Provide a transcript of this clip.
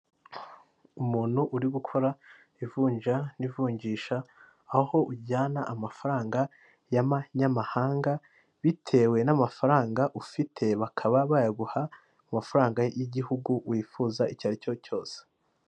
Umuntu uri gukora ivunja n'ivunjisha aho ujyana amafaranga y'amanyamahanga, bitewe n'amafaranga ufite bakaba bayaguha amafaranga y'igihugu wifuza icyo ari cyo cyose.